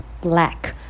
black